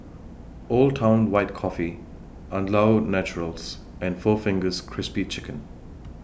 Old Town White Coffee Andalou Naturals and four Fingers Crispy Chicken